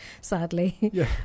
sadly